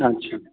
अच्छा